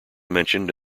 mentioned